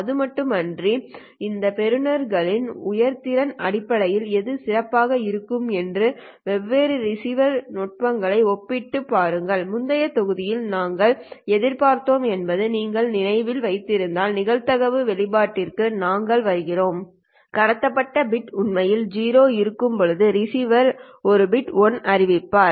அதுமட்டுமின்றி இந்த பெறுநர்களின் உணர்திறன் அடிப்படையில் எது சிறப்பாக இருக்கும் என்று வெவ்வேறு ரிசீவர் நுட்பங்களை ஒப்பிட்டுப் பாருங்கள் முந்தைய தொகுதியில் நாங்கள் எதிர்பார்த்தோம் என்பதை நீங்கள் நினைவில் வைத்திருந்தால் நிகழ்தகவு வெளிப்பாட்டிற்கு நாங்கள் வந்திருப்போம் கடத்தப்பட்ட பிட உண்மையில் 0 இருக்கும் போதும் ரிசிவர் ஒரு பிட் 1 அறிவிப்பார்